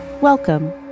Welcome